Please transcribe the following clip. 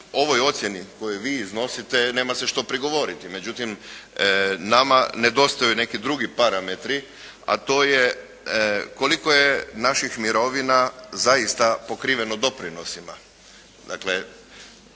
ovoj ocjeni koju vi iznosite nema se što prigovoriti. Međutim, nama nedostaju neki drugi parametri, a to je koliko je naših mirovina zaista pokriveno doprinosima. Dakle